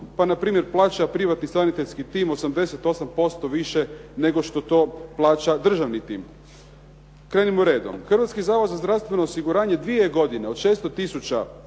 pa npr. plaća privatni sanitetski tim 88% više nego što to plaća državni tim. Krenimo redom. Hrvatski zavod za zdravstveno osiguranje dvije je godine od 600